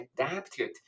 adapted